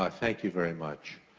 ah thank you very much.